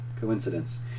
Coincidence